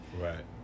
Right